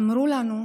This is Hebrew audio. אמרו לנו: